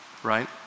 Right